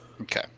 Okay